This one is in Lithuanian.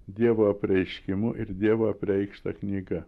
dievo apreiškimu ir dievo apreikšta knyga